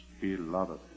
beloved